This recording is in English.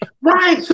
Right